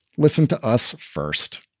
listen to us. first